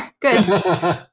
Good